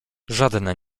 żadne